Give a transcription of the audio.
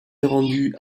rendues